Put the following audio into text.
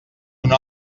una